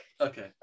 okay